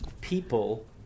People